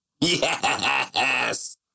Yes